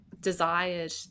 desired